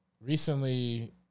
recently